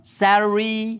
salary